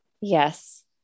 yes